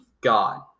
God